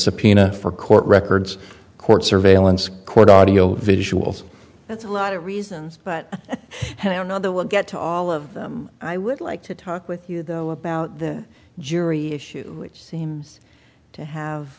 subpoena for court records court surveillance court audio visuals that's a lot of reasons but i don't know the we'll get to all of them i would like to talk with you though about the jury issue which seems to have